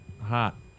hot